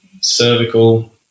cervical